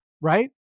right